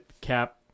cap